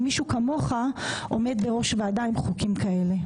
שמישהו כמוך עומד בראש ועדה עם חוקים כאלה.